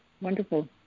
wonderful